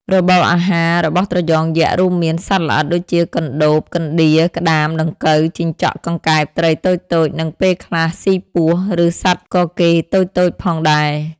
របបអាហាររបស់ត្រយងយក្សរួមមាន សត្វល្អិត ដូចជាកណ្តូប កណ្ដៀរ ក្ដាម ដង្កូវ ជីងចក់ កង្កែប ត្រីតូចៗ និងពេលខ្លះស៊ីពស់ ឬសត្វកកេរតូចៗផងដែរ។